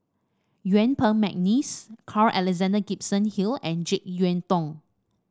Yuen Peng McNeice Carl Alexander Gibson Hill and JeK Yeun Thong